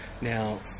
Now